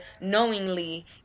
knowingly